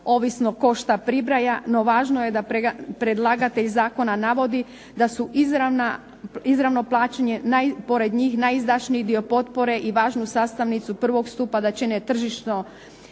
ovisno tko šta pribraja, no važno je da predlagatelj Zakona navodi da su izravno plaćanje pored njih najizdašniji dio potpore i važnu sastavnicu prvog stupa da čine tržišno